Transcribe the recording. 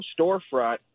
storefront